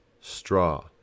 straw